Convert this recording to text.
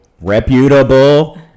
Reputable